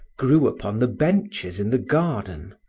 grew upon the benches in the garden,